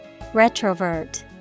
Retrovert